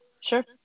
Sure